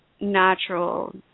natural